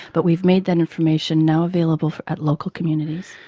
but we've made that information now available at local communities.